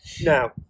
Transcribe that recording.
Now